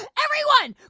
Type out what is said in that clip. and everyone,